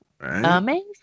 Amazing